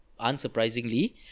unsurprisingly